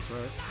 right